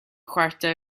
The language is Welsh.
chwarter